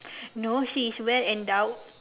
no she is well endowed